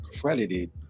credited